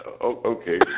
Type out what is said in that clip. Okay